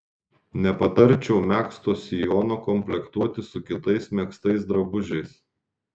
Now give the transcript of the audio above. nepatarčiau megzto sijono komplektuoti su kitais megztais drabužiais